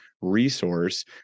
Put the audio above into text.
resource